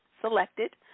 selected